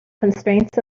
constraints